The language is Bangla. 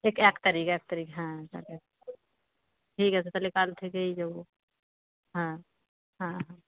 এক এক তারিখ এক তারিখ হ্যাঁ হ্যাঁ ঠিক আছে তাহলে কাল থেকেই যাব হ্যাঁ হ্যাঁ হ্যাঁ